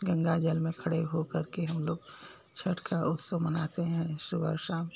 गंगा जल में खड़े होकर के हम लोग छठ का उत्सव मनाते हैं सुबह शाम